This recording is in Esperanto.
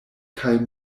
kaj